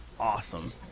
Awesome